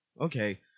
okay